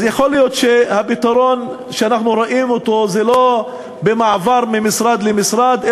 אז יכול להיות שהפתרון שאנחנו רואים הוא לא במעבר ממשרד למשרד,